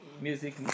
Music